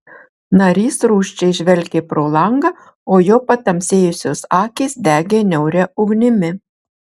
narys rūsčiai žvelgė pro langą o jo patamsėjusios akys degė niauria ugnimi